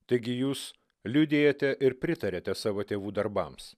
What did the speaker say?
taigi jūs liudijate ir pritariate savo tėvų darbams